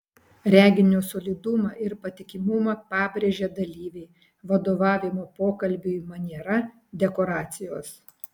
reginio solidumą ir patikimumą pabrėžia dalyviai vadovavimo pokalbiui maniera dekoracijos